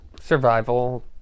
survival